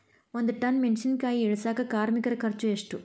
ಒಂದ್ ಟನ್ ಮೆಣಿಸಿನಕಾಯಿ ಇಳಸಾಕ್ ಕಾರ್ಮಿಕರ ಖರ್ಚು ಎಷ್ಟು?